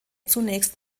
zunächst